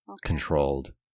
controlled